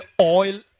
oil